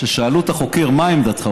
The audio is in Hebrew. כששאלו את החוקר: מה עמדתך?